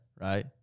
right